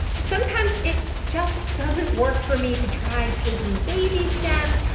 sometimes it just doesn't work for me to try taking baby steps.